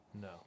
No